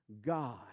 God